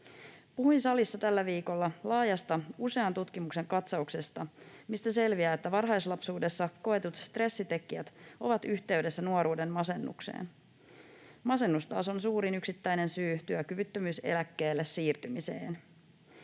Puhuin salissa tällä viikolla laajasta, usean tutkimuksen katsauksesta, mistä selviää, että varhaislapsuudessa koetut stressitekijät ovat yhteydessä nuoruuden masennukseen. Masennus taas on suurin yksittäinen syy työkyvyttömyyseläkkeelle siirtymiseen.